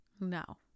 No